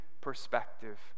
perspective